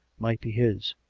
might be his.